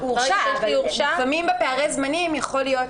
הורשע, אבל לפעמים בפערי זמנים יכול להיות